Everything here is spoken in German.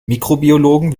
mikrobiologen